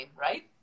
right